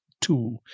two